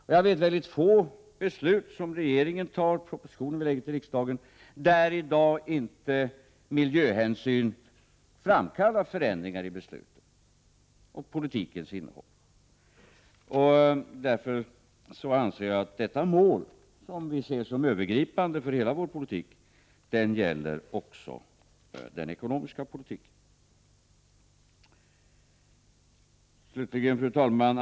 Jag känner till väldigt få beslut som regeringen har tagit eller propositioner som regeringen lämnat till riksdagen där i dag inte miljöhänsynen framkallat förändringar i besluten och i politikens innehåll. Därför anser jag att detta mål, som jag vill se som övergripande för hela vår politik, gäller också den ekonomiska politiken. Fru talman!